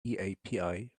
api